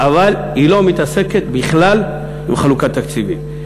אבל היא לא מתעסקת בכלל עם חלוקת תקציבים.